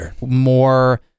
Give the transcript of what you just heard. more